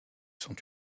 sont